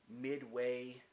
midway